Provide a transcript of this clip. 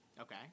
Okay